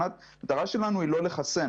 המטרה שלנו היא לא לחסן,